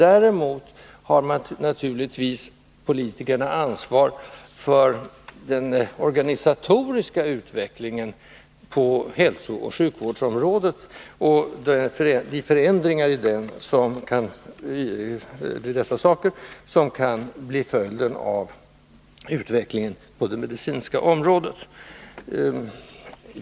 Däremot har politikerna naturligtvis ett ansvar för den organisatoriska utvecklingen på hälsooch sjukvårdsområdet och de förändringar i den som kan bli följden av utvecklingen på det medicinska området.